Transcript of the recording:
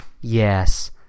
yes